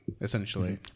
essentially